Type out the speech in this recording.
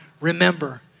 remember